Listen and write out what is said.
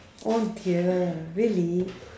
oh dear really